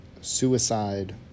suicide